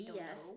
yes